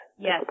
Yes